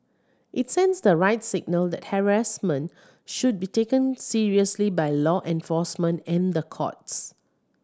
it sends the right signal that harassment should be taken seriously by law enforcement and the courts